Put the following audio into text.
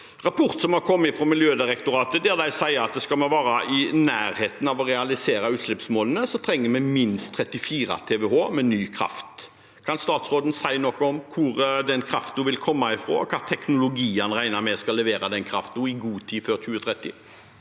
rapport som er kommet derfra, der de sier at om vi skal være i nærheten av å realisere utslippsmålene, trenger vi minst 34 TWh med ny kraft. Kan statsråden si noe om hvor den kraften vil komme fra, hva slags teknologier han regner med skal levere den kraften i god tid før 2030?